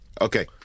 Okay